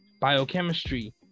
Biochemistry